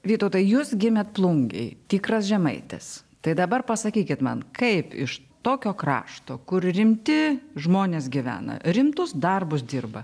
vytautai jūs gimėt plungėj tikras žemaitis tai dabar pasakykit man kaip iš tokio krašto kur rimti žmonės gyvena rimtus darbus dirba